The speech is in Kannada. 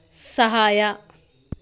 ಸಹಾಯ